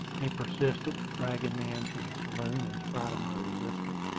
he persisted, dragging me into the saloon in spite of my resistance.